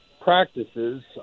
practices